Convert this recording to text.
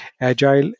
Agile